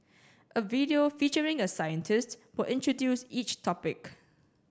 a video featuring a scientist will introduce each topic